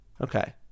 Okay